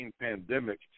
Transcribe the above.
pandemic